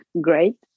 great